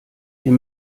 hier